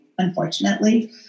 unfortunately